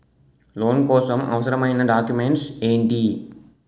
Loan కోసం అవసరమైన documents ఎంటి?